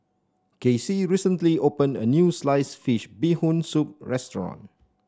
Casie recently opened a new Sliced Fish Bee Hoon Soup restaurant